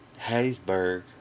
Hattiesburg